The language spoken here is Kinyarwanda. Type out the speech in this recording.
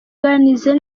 neza